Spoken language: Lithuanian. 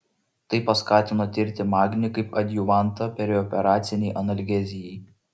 tai paskatino tirti magnį kaip adjuvantą perioperacinei analgezijai